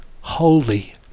holy